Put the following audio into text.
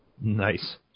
Nice